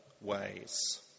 ways